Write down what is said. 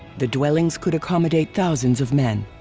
the dwellings could accommodate thousands of men.